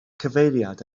cyfeiriad